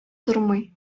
тормый